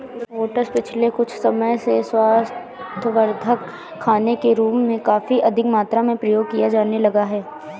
oats पिछले कुछ समय से स्वास्थ्यवर्धक खाने के रूप में काफी अधिक मात्रा में प्रयोग किया जाने लगा है